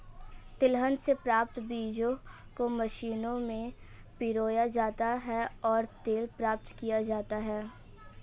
तिलहन से प्राप्त बीजों को मशीनों में पिरोया जाता है और तेल प्राप्त किया जाता है